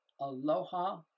Aloha